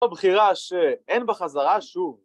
‫הבחירה שאין בה חזרה שוב.